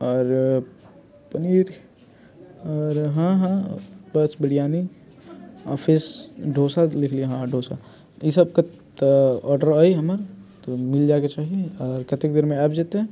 आओर पनीर आओर हँ हँ वेज बिरआनी आओर फेर डोसा लिख लिअ अहाँ हँ डोसा ई सभ ऑर्डर अइ हमर तऽ मिल जाएके चाही आओर कतेक देरमे आबि जयतै